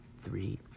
three